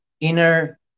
inner